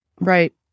Right